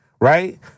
Right